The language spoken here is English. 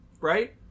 right